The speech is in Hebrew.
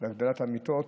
והגדלת המיטות.